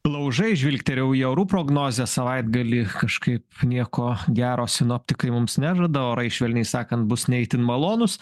laužai žvilgterėjau į orų prognozę savaitgalį kažkaip nieko gero sinoptikai mums nežada orai švelniai sakant bus ne itin malonūs